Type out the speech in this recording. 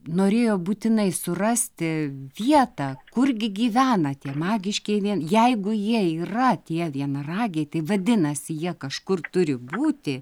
norėjo būtinai surasti vietą kur gi gyvena tie magiškieji vien jeigu jie yra tie vienaragiai tai vadinasi jie kažkur turi būti